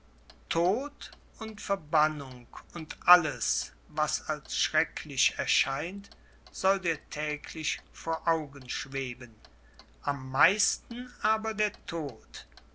tod und verbannung und alles was als schrecklich erscheint soll dir täglich vor augen schweben am meisten aber der tod